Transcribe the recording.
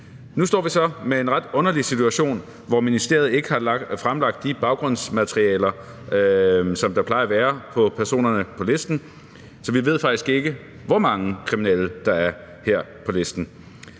Nu står vi så med en ret underlig situation, hvor ministeriet ikke har fremlagt de baggrundsmaterialer, som der plejer at være på personerne på listen, så vi ved faktisk ikke, hvor mange kriminelle der er her på listen.